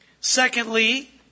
Secondly